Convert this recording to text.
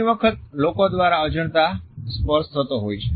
ઘણી વખત લોકો દ્વારા અજાણતાં સ્પર્શ થતો હોય છે